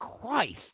Christ